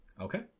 Okay